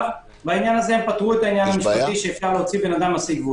בעניין הזה הם פתרו את העניין שאפשר להוציא אדם משיג,